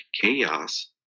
Chaos